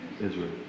Israel